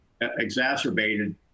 exacerbated